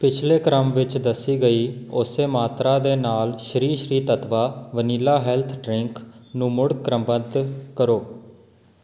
ਪਿਛਲੇ ਕ੍ਰਮ ਵਿੱਚ ਦੱਸੀ ਗਈ ਉਸੇ ਮਾਤਰਾ ਦੇ ਨਾਲ Shri Shri Tattva vanilla health drink ਨੂੰ ਮੁੜ ਕ੍ਰਮਬੱਧ ਕਰੋ